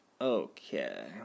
Okay